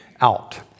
out